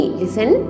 listen